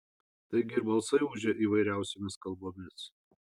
taigi ir balsai ūžė įvairiausiomis kalbomis